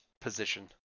position